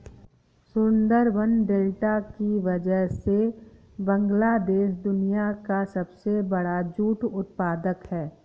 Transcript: Sundarban delta की वजह से बांग्लादेश दुनिया का सबसे बड़ा जूट उत्पादक है